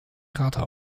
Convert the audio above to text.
krater